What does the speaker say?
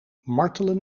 martelen